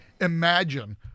imagine